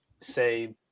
say